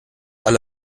alle